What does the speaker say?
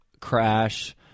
crash